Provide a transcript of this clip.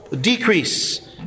decrease